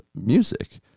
music